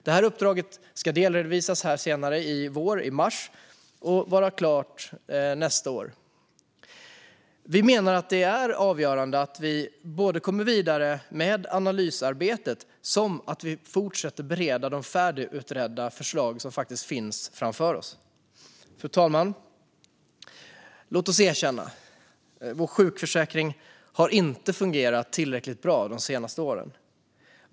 Det uppdraget ska delredovisas senare i vår i mars och vara klart nästa år. Vi menar att det är avgörande att vi kommer vidare med analysarbetet och att vi fortsätter att bereda de färdigutredda förslag som finns framför oss. Fru talman! Låt oss erkänna: Vår sjukförsäkring har inte fungerat tillräckligt bra de senaste åren.